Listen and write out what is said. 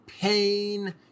pain